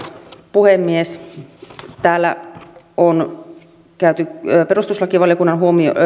puhemies täällä on perustuslakivaliokunnan